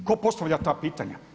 Tko postavlja ta pitanja?